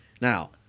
Now